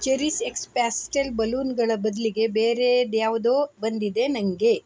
CherishX pastel ಬಲೂನ್ಗಳ ಬದಲಿಗೆ ಬೇರೇದ್ಯಾವುದೋ ಬಂದಿದೆ ನನಗೆ